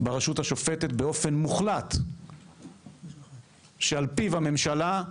ברשות השופטת באופן מוחלט שעל פיו הממשלה,